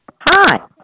Hi